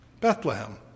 Bethlehem